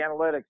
analytics